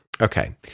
Okay